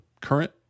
current